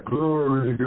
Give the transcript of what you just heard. Glory